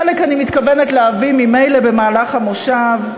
חלק אני מתכוונת להביא ממילא במהלך המושב.